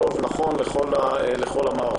טוב ונכון לכל המערכות.